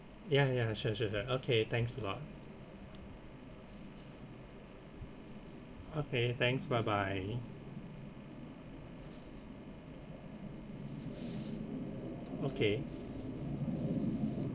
yeah yeah sure sure sure okay thanks a lot okay thanks bye bye okay